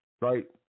right